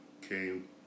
came